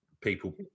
people